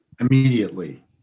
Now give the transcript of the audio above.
immediately